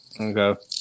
Okay